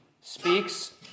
speaks